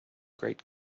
great